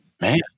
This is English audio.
man